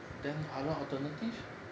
then other alternatives